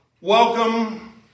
welcome